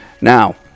Now